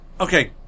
Okay